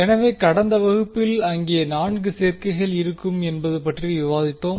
எனவே கடந்த வகுப்பில் அங்கே 4 சேர்க்கைகள் இருக்கும் என்பது பற்றி விவாதித்தோம்